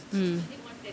mm